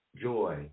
joy